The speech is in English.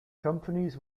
companies